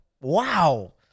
wow